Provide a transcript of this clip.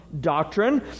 doctrine